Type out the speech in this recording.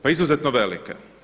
Pa izuzetno velike.